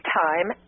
time